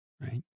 right